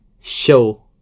Show